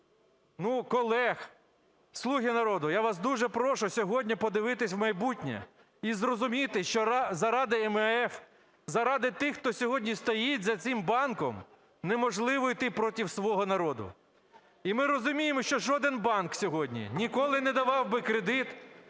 колег. "Слуги народу", я вас дуже прошу сьогодні подивитися в майбутнє - і зрозуміти, що заради МВФ, заради тих, хто сьогодні стоїть за цим банком, неможливо йти проти свого народу. І ми розуміємо, що жоден банк сьогодні ніколи не давав би кредит